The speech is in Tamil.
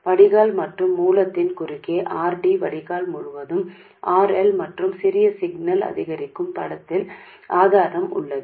வடிகால் மற்றும் மூலத்தின் குறுக்கே R D வடிகால் முழுவதும் R L மற்றும் சிறிய சிக்னல் அதிகரிக்கும் படத்தில் ஆதாரம் உள்ளது